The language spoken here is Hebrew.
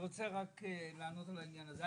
לענות על העניין הזה.